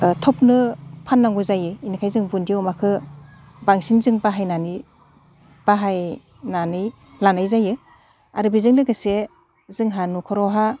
थाबनो फाननांगौ जायो इनिखायनो जों बुन्दि अमाखौ बांसिन जों बाहायनानै बाहायनानै लानाय जायो आरो बेजों लोगोसे जोंहा न'खरावहा